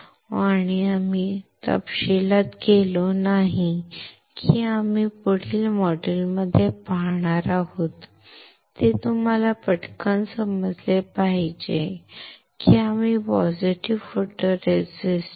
आणि आम्ही तपशिलात गेलो नाही की आम्ही पुढील मॉड्युल्समध्ये पाहणार आहोत जे तुम्हाला पटकन समजले पाहिजे की आम्ही पॉझिटिव्ह फोटोरेसिस्ट positive photoresist